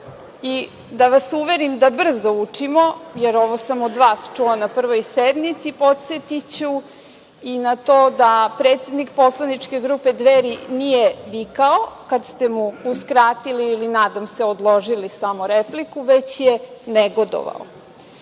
Da vas uverim da brzo učimo, jer ovo sam od vas čula na prvoj sednici, podsetiću i na to da predsednik poslaničke grupe Dveri nije vikao kada ste mu uskratili ili nadam se odložili samo repliku, već je negodovao. Još